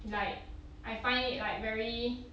like I find it like very